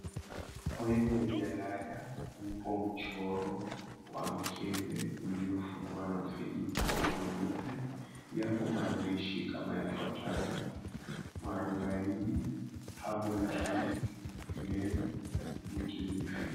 Kwenye jalada kuna mchoro wa mkebe uliofungwa na kifuniko mweupe yapo maandishi kama yafuatayo mwarubaini herbal drink name kilifi.